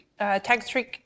Tagstreak